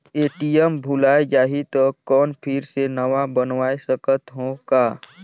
ATM भुलाये जाही तो कौन फिर से नवा बनवाय सकत हो का?